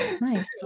Nice